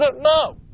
No